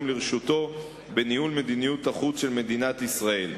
לרשותו בניהול מדיניות החוץ של מדינת ישראל.